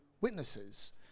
witnesses